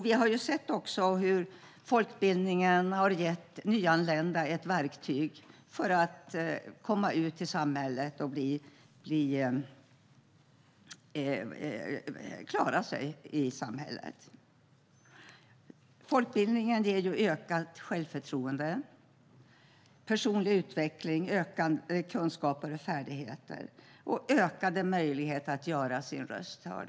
Vi har sett hur folkbildningen har gett nyanlända ett verktyg för att komma ut i samhället och klara sig i samhället. Folkbildningen ger ökat självförtroende, personlig utveckling, ökade kunskaper och färdigheter och ökade möjligheter att göra sin röst hörd.